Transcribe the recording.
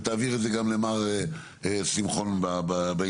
תעביר את זה גם למר שמחון בעניין,